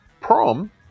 prom